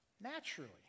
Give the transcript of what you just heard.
naturally